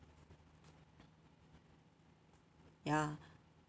ya